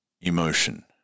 Emotion